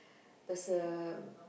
there's a